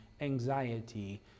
anxiety